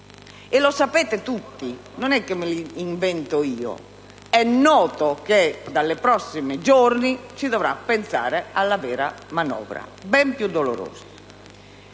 E sapete tutti - non è che me lo invento io - che dai prossimi giorni si dovrà pensare alla vera manovra, ben più dolorosa.